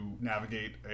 navigate